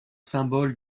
symboles